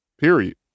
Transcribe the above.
Period